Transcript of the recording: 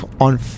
on